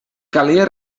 calia